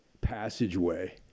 passageway